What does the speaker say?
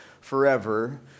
forever